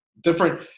different